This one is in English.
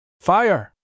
Fire